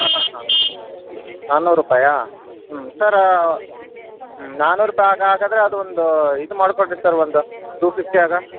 ಹಾಂ ಹಾಂ ಹಾಂ ನಾನೂರು ರೂಪಾಯಾ ಹ್ಞೂ ಸರ್ರ ಹ್ಞೂ ನಾನೂರು ರೂಪಾಯಿ ಹಾಗೆ ಹಾಗಾದ್ರೆ ಅದೊಂದು ಇದು ಮಾಡಿಕೊಡ್ರಿ ಸರ್ ಒಂದು ಟೂ ಫಿಫ್ಟಿಯಾಗೆ